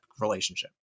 relationship